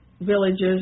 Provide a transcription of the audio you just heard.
villages